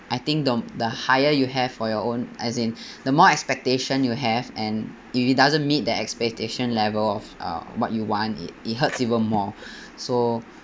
I think the the higher you have for your own as in the more expectation you have and if it doesn't meet the expectation level of uh what you want it it hurt even more so